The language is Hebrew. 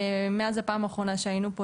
מאז הפעם האחרונה שהיינו פה,